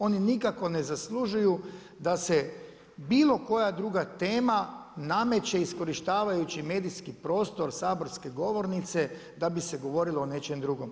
Oni nikako ne zaslužuju da se bilo koja druga tema, nameće iskorištavajući medijski prostor saborske govornice, da bi se govorilo o nečem drugom.